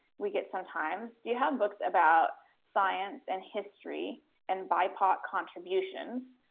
we get sometimes do you have books about science and history and bipoc contributions?